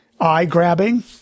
eye-grabbing